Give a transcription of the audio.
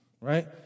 Right